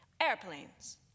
Airplanes